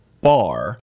bar